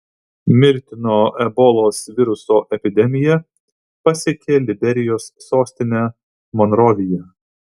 mirtino ebolos viruso epidemija pasiekė liberijos sostinę monroviją